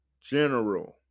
general